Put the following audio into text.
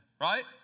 Right